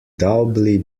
doubly